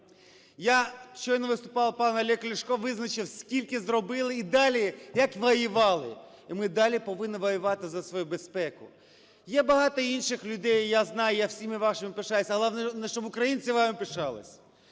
Я… Щойно виступав пан Олег Ляшко визначив, скільки зробили і далі – як воювали. І ми далі повинні воювати за свою безпеку. Є багато інших людей, я знаю, я всіма вами пишаюся, але головне, щоб українці вами пишались.